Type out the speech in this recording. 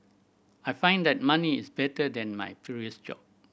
I find that money is better than my previous job